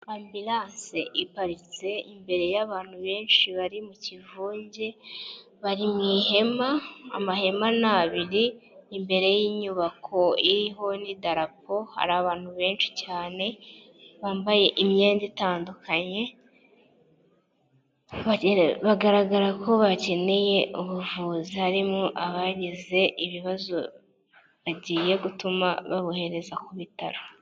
Ambulance iparitse imbere y'abantu benshi bari mu kivunge bari mu ihema, amahema ni abiri imbere y'inyubako iriho ni darapo hari abantu benshi cyane bambaye imyenda itandukanye bigaragara ko bakeneye ubuvuzi harimo abagize ibibazo bagiye gutuma babohereza ku bitaro.